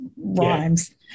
rhymes